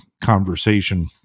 conversation